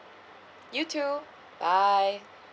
you too bye